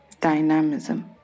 dynamism